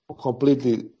completely